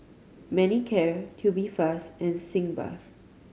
Manicare Tubifast and Sitz Bath